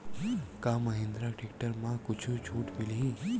का महिंद्रा टेक्टर म कुछु छुट मिलही?